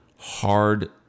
hard